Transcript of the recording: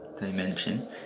dimension